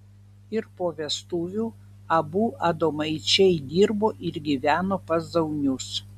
ir po vestuvių abu adomaičiai dirbo ir gyveno pas zaunius